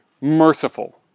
merciful